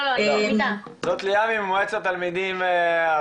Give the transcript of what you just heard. זאת ליאם ממועצת התלמידים הארצית.